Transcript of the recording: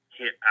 hit